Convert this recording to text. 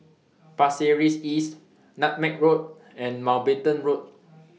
Pasir Ris East Nutmeg Road and Mountbatten Road